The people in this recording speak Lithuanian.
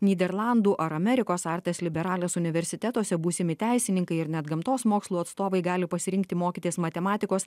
nyderlandų ar amerikos artes liberales universitetuose būsimi teisininkai ir net gamtos mokslų atstovai gali pasirinkti mokytis matematikos